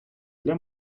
для